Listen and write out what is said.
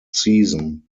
season